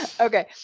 Okay